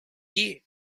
year